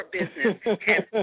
Business